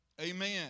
Amen